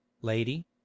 lady